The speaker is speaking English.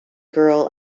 girl